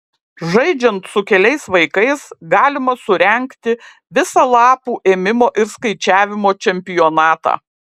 žaidžiant su keliais vaikais galima surengti visą lapų ėmimo ir skaičiavimo čempionatą